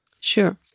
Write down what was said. Sure